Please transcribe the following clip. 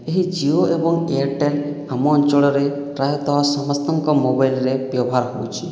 ଏହି ଜିଓ ଏବଂ ଏୟାରଟେଲ୍ ଆମ ଅଞ୍ଚଳରେ ପ୍ରାୟତଃ ସମସ୍ତଙ୍କ ମୋବାଇଲ୍ରେ ବ୍ୟବହାର ହେଉଛି